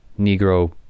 Negro